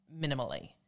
minimally